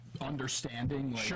Understanding